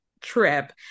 trip